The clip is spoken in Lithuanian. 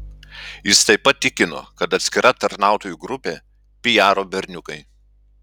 jis taip pat tikino kad atskira tarnautojų grupė pijaro berniukai